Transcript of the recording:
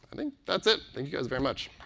and think that's it. thank you, guys, very much.